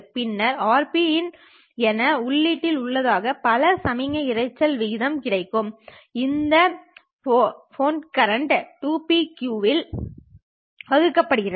பின்னர் RPin என உள்ளீட்டில் உள்ளதைப் போல சமிக்ஞை இரைச்சல் விகிதம் கிடைக்கும் இந்த ஃபோட்டா கரண்ட் 2qBe ஆல் வகுக்கப்படுகிறது